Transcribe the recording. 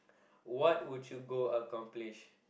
what would you go accomplish